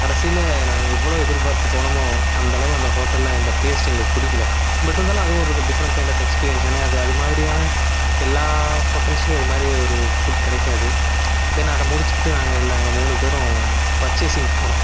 கடைசியில் நாங்கள் எவ்வளோ எதிர்பார்த்து போனோமோ அந்த அளவு அந்த ஹோட்டலில் அந்த டேஸ்ட் எங்களுக்கு பிடிக்கில பட்டு இருந்தாலும் அது ஒரு டிஃப்ரண்ட் கைண்ட் ஆஃப் எக்ஸ்பீரியன்ஸ் ஏன்னா அது அது மாதிரியான எல்லா ஹோட்டல்ஸ்லையும் அது மாரி ஒரு ஃபுட் கிடைக்காது தென் அதை முடிச்சுக்கிட்டு நாங்கள் நாங்கள் மூணு பேரும் பர்ச்சேஸிங்க்கு போனோம்